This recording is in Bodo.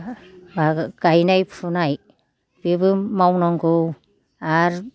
गायनाय फुनाय बेबो मावनांगौ आरो